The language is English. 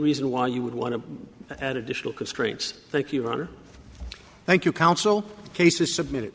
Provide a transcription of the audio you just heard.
reason why you would want to add additional constraints thank you roger thank you counsel cases submitted